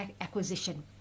acquisition